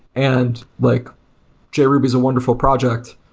and like jruby is a wonderful project.